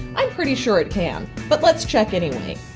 i'm pretty sure it can, but let's check anyway.